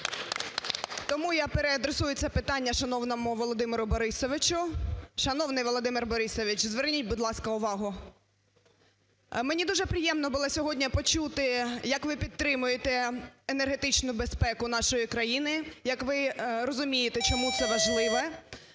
Тому я переадресую це питання шановному Володимиру Борисовичу. Шановний Володимир Борисович, зверніть, будь ласка, увагу. Мені дуже приємно було сьогодні почути, як ви підтримуєте енергетичну безпеку нашої країни, як ви розумієте, чому це важливо.